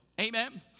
Amen